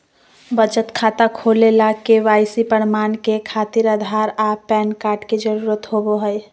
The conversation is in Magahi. बचत खाता खोले ला के.वाइ.सी प्रमाण के खातिर आधार आ पैन कार्ड के जरुरत होबो हइ